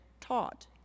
taught